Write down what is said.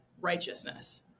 righteousness